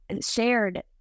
shared